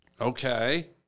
Okay